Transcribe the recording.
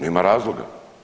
Nema razloga.